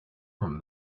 from